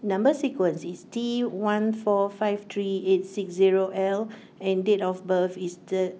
Number Sequence is T one four five three eight six zero L and date of birth is third